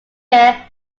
year